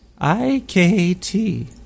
I-K-T